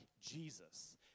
Jesus